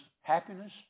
happiness